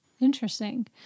Interesting